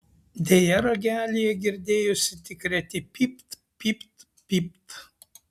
deja ragelyje girdėjosi tik reti pypt pypt pypt